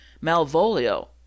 Malvolio